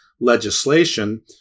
Legislation